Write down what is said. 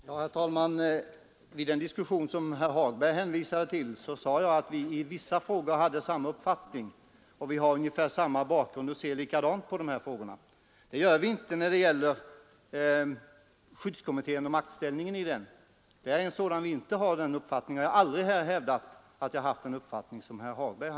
Herr talman! Under den diskussion som herr Hagberg hänvisade till sade jag att vi i vissa frågor hade samma uppfattning. Vi har ungefär samma bakgrund och ser likadant på dessa frågor. Det gör vi emellertid inte då det gäller skyddskommittén och maktställningen inom denna. Där har vi inte samma uppfattning, och jag har här aldrig hävdat att jag har haft samma mening som herr Hagberg.